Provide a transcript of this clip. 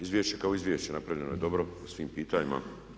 Izvješće kao izvješće napravljeno je dobro o svim pitanjima.